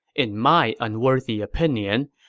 in my unworthy opinion,